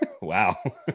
wow